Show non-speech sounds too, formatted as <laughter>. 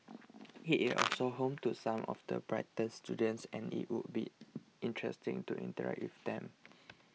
it <noise> is also home to some of the brightest students and it would be interesting to interact with them